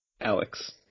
Alex